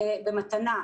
במתנ"ה,